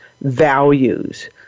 values